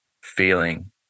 feeling